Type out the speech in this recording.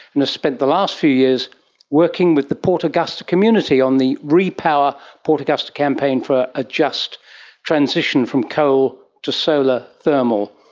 and has spent the last few years working with the port augusta community on the repower port augusta campaign for a just transition from coal to solar thermal.